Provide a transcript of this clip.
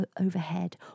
overhead